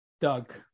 Doug